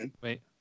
Wait